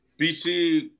BC